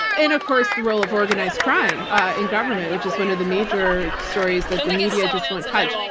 and of course, the role of organized crime in government, which is one of the major stories that the media just won't touch.